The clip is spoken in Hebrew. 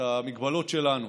את המגבלות שלנו.